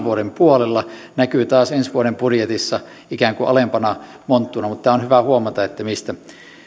vuoden puolella näkyy taas ensi vuoden budjetissa ikään kuin alempana monttuna mutta tämä on hyvä huomata mistä